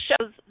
shows